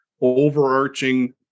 overarching